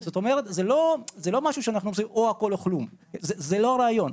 זאת אומרת, זה לא או הכול או כלום, זה לא הרעיון.